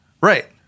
Right